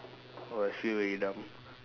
oh I feel very dumb